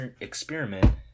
experiment